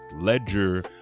Ledger